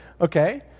Okay